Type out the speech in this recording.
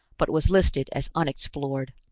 but was listed as unexplored.